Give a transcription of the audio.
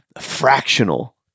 fractional